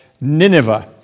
Nineveh